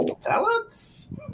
Talents